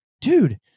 dude